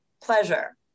pleasure